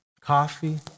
coffee